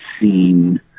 seen